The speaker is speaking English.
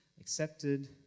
accepted